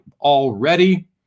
already